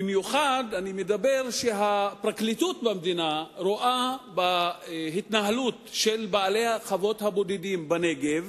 במיוחד כשהפרקליטות במדינה רואה בהתנהלות של חוות הבודדים בנגב